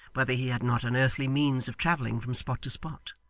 whether he had not unearthly means of travelling from spot to spot.